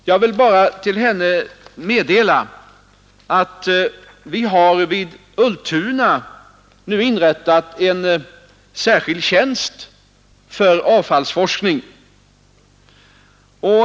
Jag vill bara meddela henne att vi nu har inrättat en särskild tjänst för avfallsforskning vid Ultuna.